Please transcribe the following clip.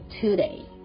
today